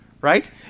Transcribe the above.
Right